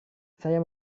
saya